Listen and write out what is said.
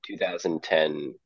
2010